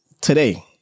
today